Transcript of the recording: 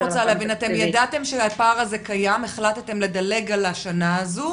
אני רוצה להבין אתם ידעתם שהפער הזה קיים והחלטתם לדלג על השנה הזאת?